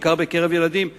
בעיקר בקרב ילדים.